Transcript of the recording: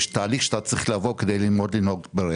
יש תהליך שעליך לעבור כדי ללמוד לנהוג.